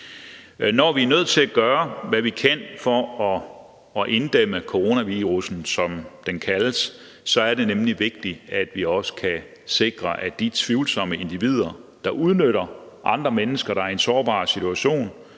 Når vi er nødt til at gøre, hvad vi kan for at inddæmme coronavirussen, som den kaldes, er det nemlig vigtigt, at vi også kan sikre, at de tvivlsomme individer, der udnytter andre mennesker, der er i en sårbar situation,